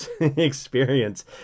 experience